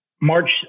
March